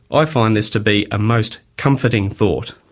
i find this to be a most comforting thought.